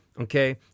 Okay